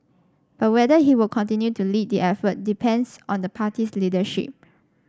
but whether he will continue to lead the effort depends on the party's leadership